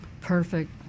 Perfect